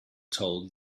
told